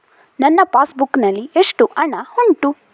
ನನ್ನ passbook ನಲ್ಲಿ ಎಷ್ಟು ಹಣ ಉಂಟು?